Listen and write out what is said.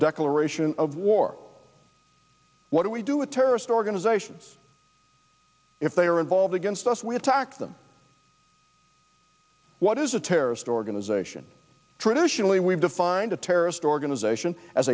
declaration of war what do we do with terrorist organizations if they are involved against us we attack them what is a terrorist organization traditionally we've defined a terrorist organization as